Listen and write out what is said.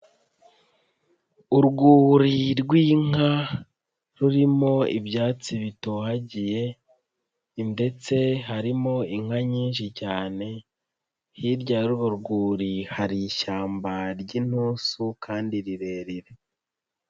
Urwuri rw'inka rurimo ibyatsi bitohagiye ndetse harimo inka nyinshi cyane, hirya y'uru rwuri hari ishyamba ry'inintusu kandi rirerire.